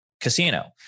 casino